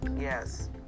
Yes